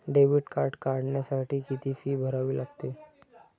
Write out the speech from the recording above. Debit card काढण्यासाठी किती fee भरावी लागते?